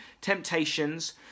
temptations